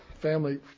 family